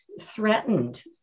threatened